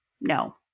no